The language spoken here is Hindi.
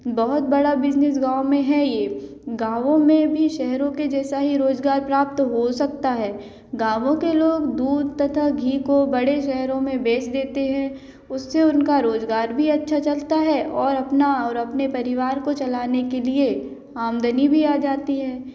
बहुत बड़ा बिजनेस गाव में है यह गावों में भी शेहरों के जैसा ही रोज़गार प्राप्त हो सकता है गावों के लोग दूध तथा घी को बड़े शेहरों में बेच देते हैं उससे उनका रोज़गार भी अच्छा चलता है और अपना और अपने परिवार को चलाने के लिए आमदनी भी आ जाती है